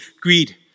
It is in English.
greed